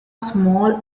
small